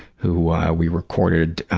who we recorded,